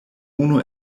unu